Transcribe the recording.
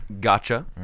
Gotcha